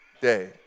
day